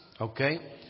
Okay